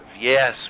Yes